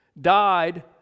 died